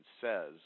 says